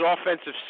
offensive